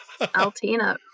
Altina